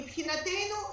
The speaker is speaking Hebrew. מבחינתנו,